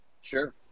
sure